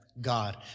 God